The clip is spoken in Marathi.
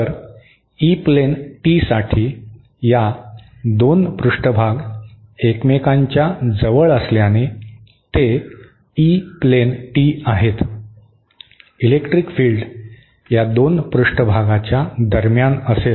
तर ई प्लेन टीसाठी या 2 पृष्ठभाग एकमेकांच्या जवळ असल्याने ते ई प्लेन टी आहेत इलेक्ट्रिक फील्ड या 2 पृष्ठभागाच्या दरम्यान असेल